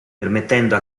permettendo